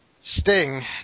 sting